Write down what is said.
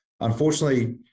Unfortunately